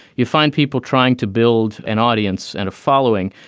you find people trying to build an audience and a following.